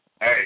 hey